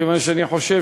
כיוון שאני חושב